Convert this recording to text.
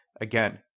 Again